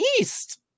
east